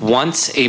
once a